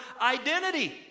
identity